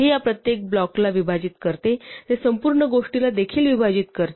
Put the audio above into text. हे या प्रत्येक ब्लॉकला विभाजित करते ते संपूर्ण गोष्टीला देखील विभाजित करते